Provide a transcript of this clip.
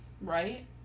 right